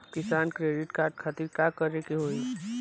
किसान credit card खातिर का करे के होई?